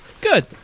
Good